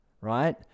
right